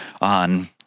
on